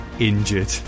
injured